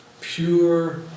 pure